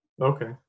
Okay